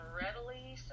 readily